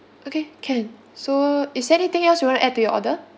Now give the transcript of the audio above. okay can so is there anything else you want add to your order